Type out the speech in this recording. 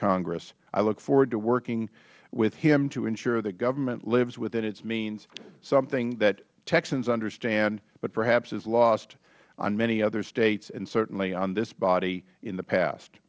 congress i look forward to working with him to ensure that government lives within its means something that texans understand but perhaps is lost on many other states and certainly on this body in the past